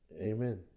Amen